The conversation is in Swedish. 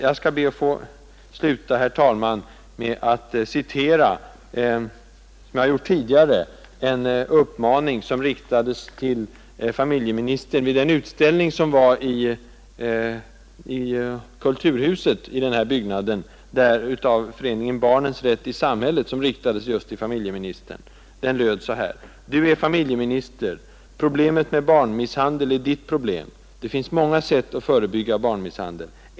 Jag skall be att få sluta med att citera, vilket jag har gjort tidigare, en uppmaning som riktades till familjeministern vid en utställning i Kulturhuset i den här byggnaden, anordnad av föreningen Barnens rätt i samhället: ”Du är familjeminister. Problemet med barnmisshandel är Ditt problem. Det finns många sätt att förebygga barnmisshandel.